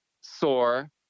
sore